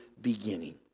beginning